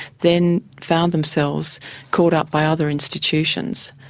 then found themselves caught up by other institutions.